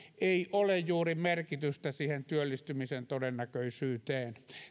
ei ole juuri merkitystä työllistymisen todennäköisyyteen